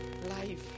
life